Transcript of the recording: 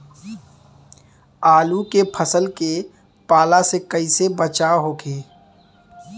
आलू के फसल के पाला से कइसे बचाव होखि?